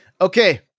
Okay